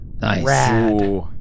Nice